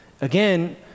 Again